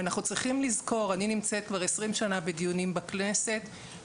אני נמצאת בדיונים בכנסת כבר 20 שנה,